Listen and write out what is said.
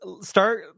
start